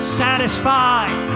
satisfied